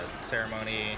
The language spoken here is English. Ceremony